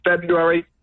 February